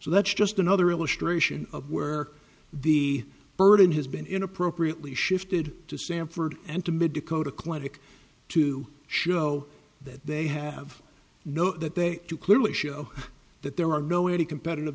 so that's just another illustration of where the burden has been appropriately shifted to sanford and timid dakota clinic to show that they have know that they do clearly show that there are no any competitive